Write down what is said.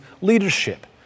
leadership